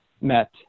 met